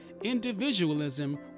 Individualism